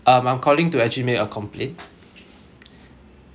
um I'm calling to actually make a complain